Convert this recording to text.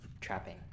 trapping